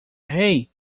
rei